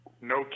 no